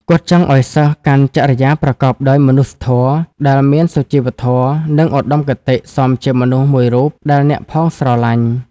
គាត់ចង់ឲ្យសិស្សកាន់ចរិយាប្រកបដោយមនុស្សធម៌ ដែលមានសុជីវធម៌ និងឧត្ដមគតិ សមជាមនុស្សមួយរូបដែលអ្នកផងស្រលាញ់ ។